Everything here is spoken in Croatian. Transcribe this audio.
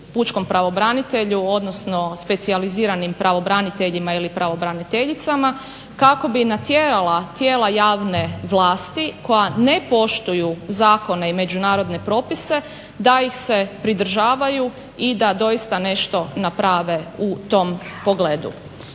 pučkom pravobranitelju, odnosno specijaliziranim pravobraniteljima ili pravobraniteljicama kako bi natjerala tijela javne vlasti koja ne poštuju zakone i međunarodne propise da ih se pridržavaju i da doista nešto naprave u tom pogledu.